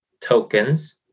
tokens